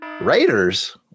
Raiders